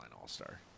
all-star